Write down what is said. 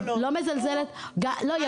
אני לא צריכה את המפכ"ל.